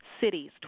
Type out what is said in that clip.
cities